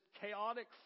chaotic